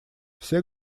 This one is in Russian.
все